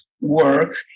work